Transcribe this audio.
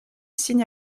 signe